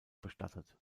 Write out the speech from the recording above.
bestattet